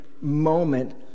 moment